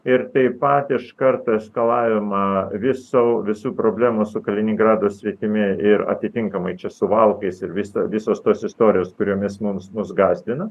ir taip pat iš karto eskalavimą viso visų problemų su kaliningrado sritimi ir atitinkamai čia suvalkais ir visa visos tos istorijos kuriomis mums mus gąsdina